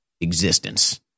existence